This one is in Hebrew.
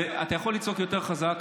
אתה יכול לצעוק יותר חזק,